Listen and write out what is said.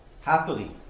happily